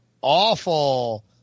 awful